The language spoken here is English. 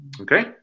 Okay